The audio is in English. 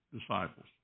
disciples